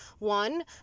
one